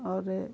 اور